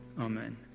Amen